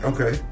Okay